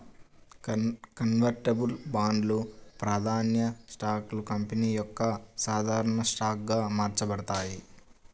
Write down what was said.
convertibles బాండ్లు, ప్రాధాన్య స్టాక్లు కంపెనీ యొక్క సాధారణ స్టాక్గా మార్చబడతాయి